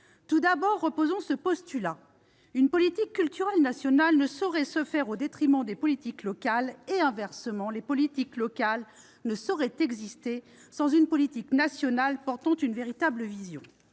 Tout d'abord, reposons ce postulat : une politique culturelle nationale ne saurait se faire au détriment des politiques locales et, inversement, les politiques locales ne sauraient exister sans une politique nationale portant une véritable vision.